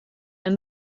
and